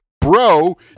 bro